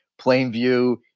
Plainview